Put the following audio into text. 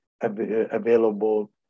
available